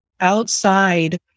outside